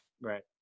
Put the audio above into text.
right